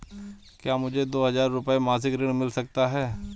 क्या मुझे दो हज़ार रुपये मासिक ऋण मिल सकता है?